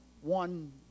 one